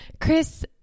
Chris